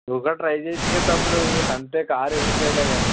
నువ్వు కూడా ట్రై చేయొచ్చుగా తమ్ముడు తంతే కారు ఎగిరిపోయేలాగా